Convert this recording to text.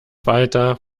weiter